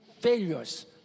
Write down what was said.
failures